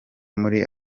muri